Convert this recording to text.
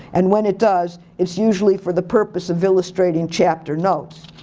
and when it does, it's usually for the purpose of illustrating chapter notes.